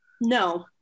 No